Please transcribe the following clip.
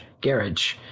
garage